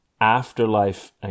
afterlife